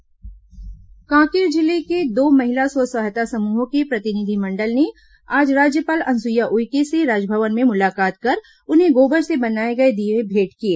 महिला समुह राज्यपाल भेंट कांकेर जिले के दो महिला स्व सहायता समूहों के प्रतिनिधिमंडल ने आज राज्यपाल अनुसुईया उइके से राजभवन में मुलाकात कर उन्हें गोबर से बनाए गए दीये भेंट किए